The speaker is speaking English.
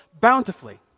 bountifully